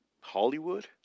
Hollywood